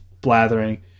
blathering